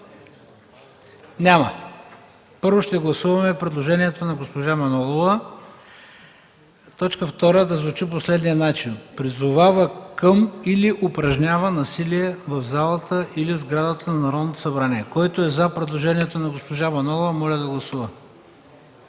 Няма. Първо ще гласуваме предложението на госпожа Манолова точка втора да звучи по следния начин: „Призовава към или упражнява насилие в залата или в сградата на Народното събрание”. Който е „за” предложението на госпожа Манолова, моля да гласува.